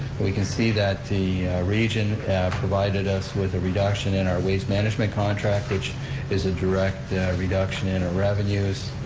we can see that the region provided us with a reduction in our waste management contract, which is a direct reduction in our revenues,